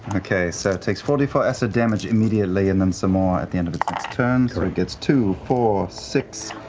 okay, so it takes four d four acid damage immediately and then some more at the end of its next turn, so it gets two, four, six,